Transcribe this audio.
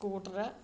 scooter